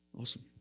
Awesome